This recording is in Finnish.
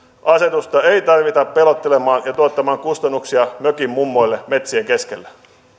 asetusta ei tarvita pelottelemaan ja tuottamaan kustannuksia mökinmummoille metsien keskellä